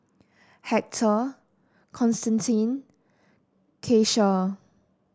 Hector Constantine Kecia